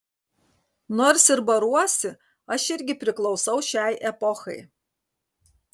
nors ir baruosi aš irgi priklausau šiai epochai